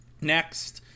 next